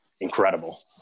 incredible